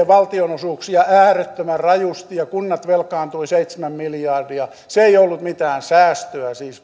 valtionosuuksia äärettömän rajusti ja kunnat velkaantuivat seitsemän miljardia se ei ollut mitään säästöä siis